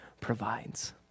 provides